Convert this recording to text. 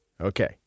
Okay